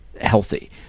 healthy